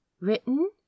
Written